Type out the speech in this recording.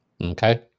Okay